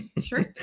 Sure